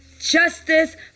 Justice